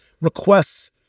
requests